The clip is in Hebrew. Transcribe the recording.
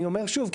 אני אומר שוב,